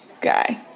guy